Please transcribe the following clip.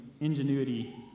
ingenuity